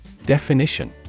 Definition